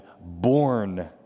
born